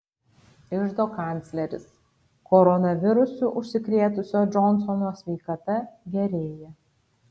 iždo kancleris koronavirusu užsikrėtusio džonsono sveikata gerėja